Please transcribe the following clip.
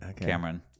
cameron